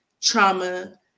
trauma